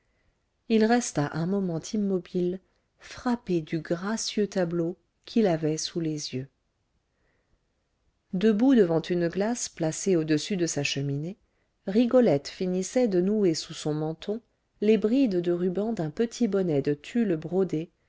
il resta un moment immobile frappé du gracieux tableau qu'il avait sous les yeux debout devant une glace placée au-dessus de sa cheminée rigolette finissait de nouer sous son menton les brides de ruban d'un petit bonnet de tulle brodé